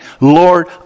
Lord